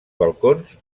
balcons